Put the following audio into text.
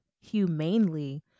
humanely